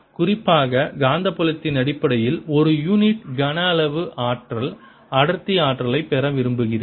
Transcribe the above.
குறிப்பாக காந்தப்புலத்தின் அடிப்படையில் ஒரு யூனிட் கனஅளவு ஆற்றல் அடர்த்தி ஆற்றலைப் பெற விரும்புகிறேன்